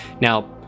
Now